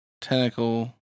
tentacle